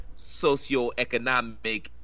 socioeconomic